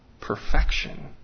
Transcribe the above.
Perfection